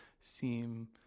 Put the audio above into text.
seem